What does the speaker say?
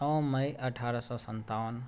नओ मइ अठारह सए सन्तावन